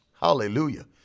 Hallelujah